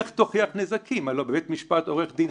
בלא הוכחת נזק הוא שימוש שלא למטרה עסקית.